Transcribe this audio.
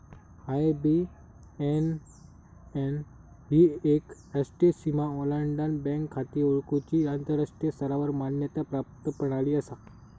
IBAN ही एक राष्ट्रीय सीमा ओलांडान बँक खाती ओळखुची आंतराष्ट्रीय स्तरावर मान्यता प्राप्त प्रणाली असा